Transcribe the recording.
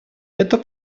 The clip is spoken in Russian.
эта